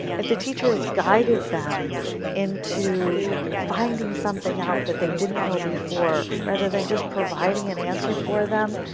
if the teacher has guided them into finding something out that they didn't know before, rather than just providing an answer for them,